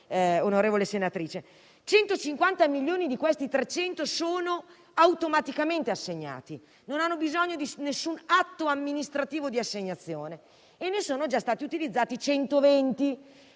onorevole senatrice; 150 milioni di questi 300 sono automaticamente assegnati e non hanno bisogno di alcun atto amministrativo di assegnazione. Ne sono già stati utilizzati 120